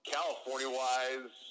California-wise